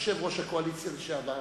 יושב-ראש הקואליציה לשעבר,